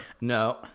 no